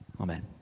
Amen